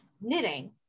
knitting